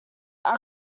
are